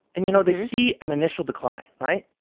and, you know, they see an initial decline, right?